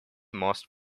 most